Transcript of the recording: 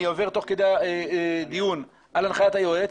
אני עובר תוך כדי הדיון על החלטת היועץ,